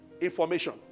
Information